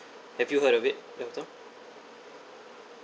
have you heard of it carlthum